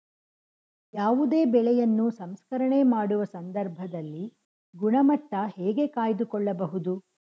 ಯಾವುದೇ ಬೆಳೆಯನ್ನು ಸಂಸ್ಕರಣೆ ಮಾಡುವ ಸಂದರ್ಭದಲ್ಲಿ ಗುಣಮಟ್ಟ ಹೇಗೆ ಕಾಯ್ದು ಕೊಳ್ಳಬಹುದು?